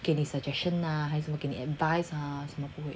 给你 suggestion ah 还是给你 advice 他什么都不会